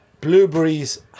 blueberries